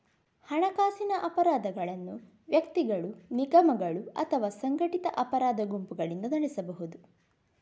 ಹಣಕಾಸಿನ ಅಪರಾಧಗಳನ್ನು ವ್ಯಕ್ತಿಗಳು, ನಿಗಮಗಳು ಅಥವಾ ಸಂಘಟಿತ ಅಪರಾಧ ಗುಂಪುಗಳಿಂದ ನಡೆಸಬಹುದು